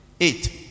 Eight